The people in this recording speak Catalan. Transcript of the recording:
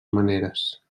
maneres